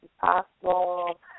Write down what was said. possible